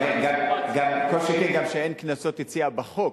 אני אתן לך, גם טוב שאין קנסות יציאה בחוק.